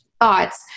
thoughts